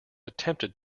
attempted